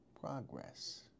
progress